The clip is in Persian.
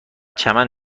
چمن